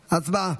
הצבעה.